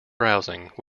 browsing